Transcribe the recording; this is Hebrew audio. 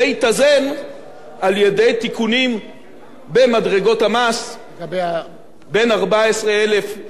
זה יתאזן על-ידי תיקונים במדרגות המס בין ארבע-עשרה אלף,